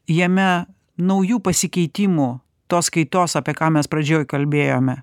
jame naujų pasikeitimų tos kaitos apie ką mes pradžioje kalbėjome